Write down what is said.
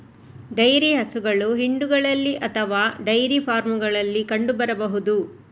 dairy ಹಸುಗಳು ಹಿಂಡುಗಳಲ್ಲಿ ಅಥವಾ ಡೈರಿ ಫಾರ್ಮುಗಳಲ್ಲಿ ಕಂಡು ಬರಬಹುದು